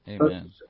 Amen